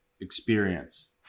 experience